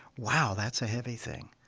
wow, that's a heavy thing.